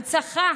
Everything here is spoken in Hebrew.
הנצחה